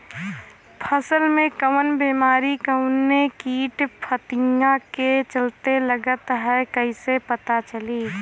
फसल में कवन बेमारी कवने कीट फतिंगा के चलते लगल ह कइसे पता चली?